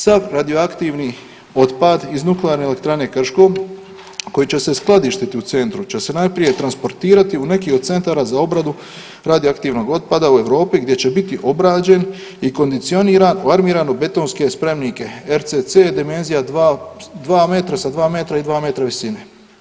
Sav radioaktivni otpad iz nuklearne elektrane Krško koji će skladišti u Centru će se najprije transportirati u neki od centara za obradu radioaktivnog otpada u Europi, gdje će biti obrađen i kondicioniran u armirane betonske spremnike, RCC dimenzija 2 metra sa 2 metra i 2 metra visine.